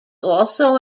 also